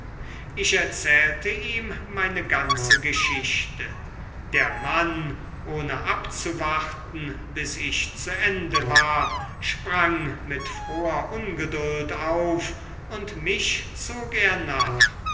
ich erzählte ihm meine ganze geschichte der mann ohne abzuwarten bis ich zu ende war sprang mit froher ungeduld auf und mich zog er nach